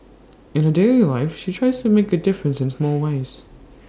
in her daily life she tries to make A difference in small ways